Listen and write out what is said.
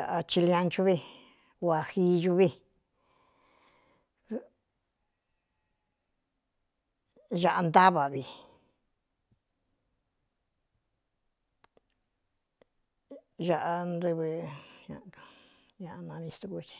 aꞌa chilianchú vi uā jiiñu vi āꞌa ntáva vi āꞌa nɨvɨ ñaka aananistukú ce.